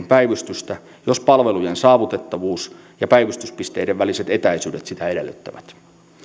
päivystystä jos palvelujen saavutettavuus ja päivystyspisteiden väliset etäisyydet sitä edellyttävät